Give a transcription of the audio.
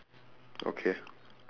okay